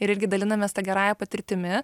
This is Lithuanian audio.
ir irgi dalinamės ta gerąja patirtimi